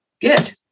good